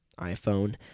iPhone